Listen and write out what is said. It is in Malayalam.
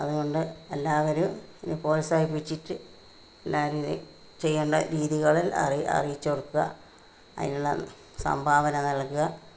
അതു കൊണ്ട് എല്ലാവരും പ്രോത്സാഹിപ്പിച്ചിട്ട് എല്ലാരിലും ചെയ്യണ്ട രീതികൾ അറി അറിയിച്ചുകൊടുക്കുക അതിനുള്ള സംഭാവന നൽകുക